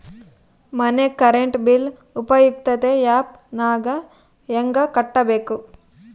ಮನೆ current bill ಉಪಯುಕ್ತತೆ app ನಾಗ ಹೆಂಗ ಕಟ್ಟಬೇಕು?